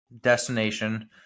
destination